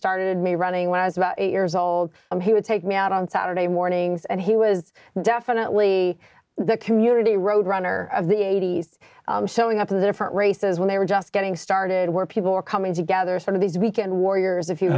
started me running when i was about eight years old and he would take me out on saturday mornings and he was definitely the community road runner of the eighties showing up in different races when they were just getting started where people were coming together sort of these weekend warriors